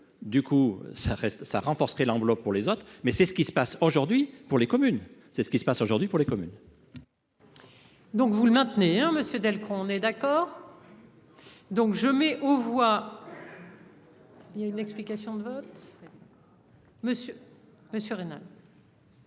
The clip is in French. ça reste ça renforcerait l'enveloppe pour les autres, mais c'est ce qui se passe aujourd'hui pour les communes, c'est ce qui se passe aujourd'hui pour les communes. Donc, vous le maintenez un monsieur d'elle qu'on est d'accord. Donc je mets aux voix. Il y a une explication de vote monsieur